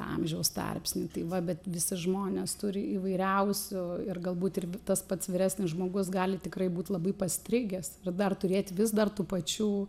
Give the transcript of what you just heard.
amžiaus tarpsnį tai va bet visi žmonės turi įvairiausių ir galbūt ir tas pats vyresnis žmogus gali tikrai būt labai pastrigęs ir dar turėt vis dar tų pačių